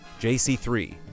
JC3